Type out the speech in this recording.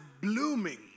blooming